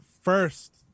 first